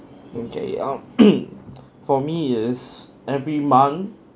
okay um for me is every month